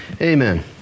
Amen